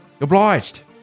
Obliged